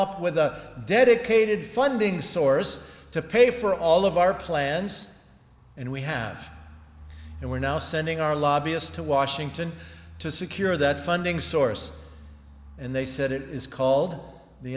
up with a dedicated funding source to pay for all of our plans and we have and we're now sending our lobbyist to washington to secure that funding source and they said it is called the